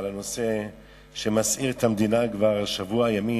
אני רוצה לומר לך על הנושא שמסעיר את המדינה כבר שבוע ימים,